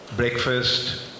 Breakfast